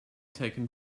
taken